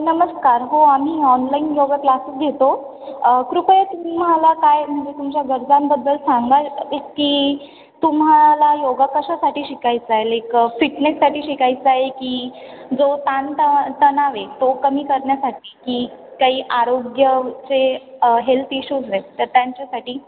नमस्कार हो आम्ही ऑनलाईन योगा क्लासेस घेतो कृपया तुम्हाला काय म्हणजे तुमच्या गरजांबद्दल सांगाल एक की तुम्हाला योगा कशासाठी शिकायचा आहे लाईक फिटनेससाठी शिकायचं आहे की जो तानता तणाव आहे तो कमी करण्यासाठी की काही आरोग्याचे हेल्थ इश्यूज आहेत तर त्यांच्यासाठी